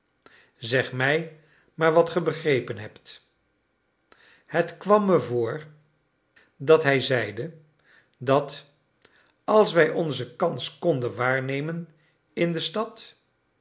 zeg mij maar wat ge begrepen hebt het kwam me voor dat hij zeide dat als wij onze kans konden waarnemen in de stad